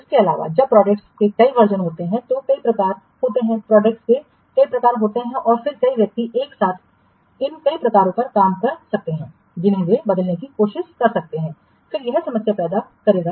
इसके अलावा जब प्रोडक्ट के कई वर्जनहोते हैं तो कई प्रकार होते हैं प्रोडक्ट के कई प्रकार होते हैं और फिर कई व्यक्ति एक साथ इन कई प्रकारों पर काम कर सकते हैं जिन्हें वे बदलने की कोशिश कर सकते हैं फिर यह समस्या पैदा करेगा